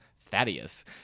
Thaddeus